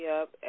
up